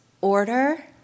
order